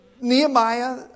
Nehemiah